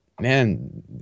man